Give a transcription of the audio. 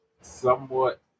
Somewhat